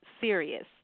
serious